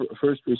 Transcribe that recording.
first